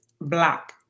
black